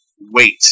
wait